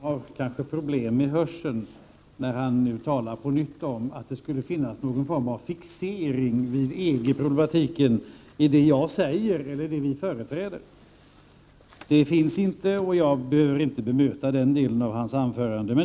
Herr talman! Per-Ola Eriksson kanske har problem med hörseln, eftersom han på nytt talar om att det skulle finnas någon form av fixering vid EG problematiken i det jag säger och i det vi moderater företräder. Det finns inte någon sådan, och jag behöver inte försvara den delen av hans anförande.